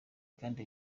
kandi